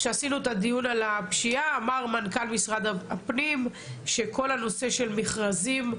כשעשינו את הדיון על הפשיעה אמר מנכ"ל משרד הפנים שכל הנושא של מכרזים,